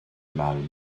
mâle